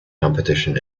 competition